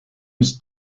its